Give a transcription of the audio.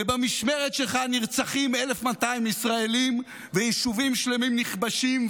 ובמשמרת שלך נרצחים 1,200 ישראלים ויישובים שלמים נכבשים,